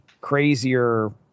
crazier